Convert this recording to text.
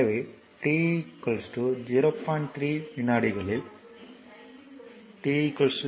3 வினாடிகளில் எனவே இங்கே t 0